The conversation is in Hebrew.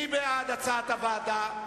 מי בעד הצעת הוועדה?